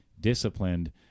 disciplined